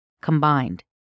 combined